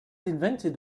invented